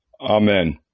Amen